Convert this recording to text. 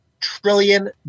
trillion